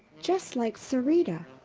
just like sarita.